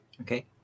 okay